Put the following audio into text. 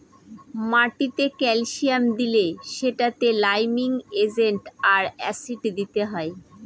মাটিতে ক্যালসিয়াম দিলে সেটাতে লাইমিং এজেন্ট আর অ্যাসিড দিতে হয়